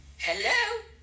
Hello